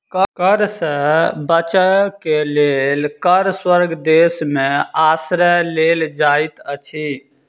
कर सॅ बचअ के लेल कर स्वर्ग देश में आश्रय लेल जाइत अछि